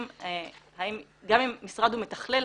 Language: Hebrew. גם אם משרד הוא המתכלל,